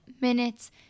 minutes